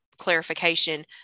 clarification